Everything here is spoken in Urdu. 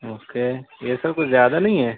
اوکے یہ سر کچھ زیادہ نہیں ہے